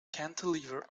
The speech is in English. cantilever